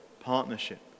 partnership